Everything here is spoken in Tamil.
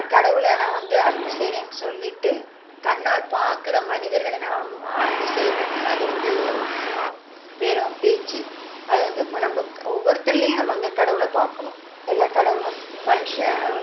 கடவுளை நான் வந்து அன்பு செய்கிறேன்னு சொல்லிட்டு கண்ணால் பார்க்குற மனிதர்களை நாம் அன்பு செய்யலேன்னா அது வந்து சும்மா வெறும் பேச்சு அது வந்து இப்போ நம்ம ஒவ்வொருத்தல்லியும் நம்ம வந்து கடவுளை பார்க்கணும் எல்லா கடவுளும் மனுஷன்